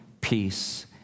peace